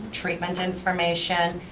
treatment information,